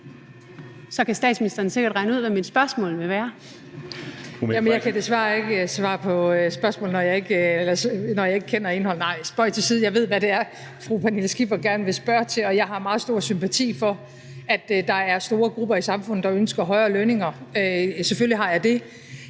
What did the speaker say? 13:15 Mette Frederiksen (S): Jamen jeg kan desværre ikke svare på spørgsmål, når jeg ikke kender indholdet – nej, spøg til side; jeg ved, hvad det er, fru Pernille Skipper gerne vil spørge til. Jeg har meget stor sympati for, at der er store grupper i samfundet, der ønsker højere lønninger – selvfølgelig har jeg det.